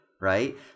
right